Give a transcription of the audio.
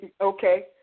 Okay